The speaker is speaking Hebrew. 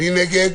מי נגד?